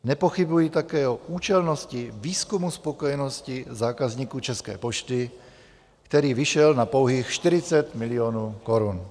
Nepochybuji také o účelnosti výzkumu spokojenosti zákazníků České pošty, který vyšel na pouhých 40 milionů korun.